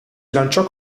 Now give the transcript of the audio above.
lanciò